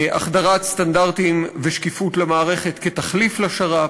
החדרת סטנדרטים ושקיפות למערכת כתחליף לשר"פ,